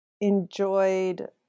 enjoyed